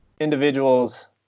individuals